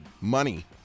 Money